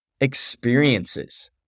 experiences